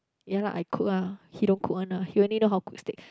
ya lah I cook lah he don't cook one lah he only know how to cook steak